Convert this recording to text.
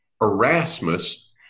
Erasmus